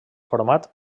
format